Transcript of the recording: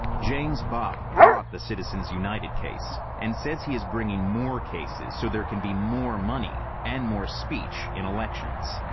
james bopp brought the citizens united case and says he is bringing more cases so there can be more money and more speech in elections.